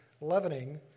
leavening